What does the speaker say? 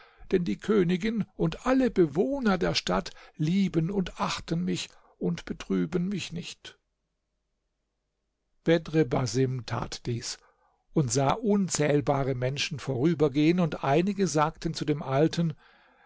denn die königin und alle bewohner der stadt lieben und achten mich und betrüben mich nicht bedr basim tat dies und sah unzählbare menschen vorübergehen und einige sagten zu dem alten